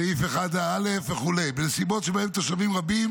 סעיף (1א) וכו' בנסיבות שבהן תושבים רבים